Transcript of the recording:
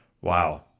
Wow